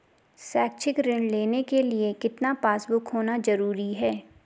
शैक्षिक ऋण लेने के लिए कितना पासबुक होना जरूरी है?